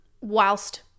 Whilst